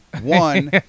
One